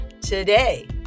today